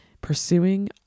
Pursuing